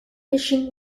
fishing